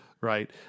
right